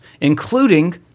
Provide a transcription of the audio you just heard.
including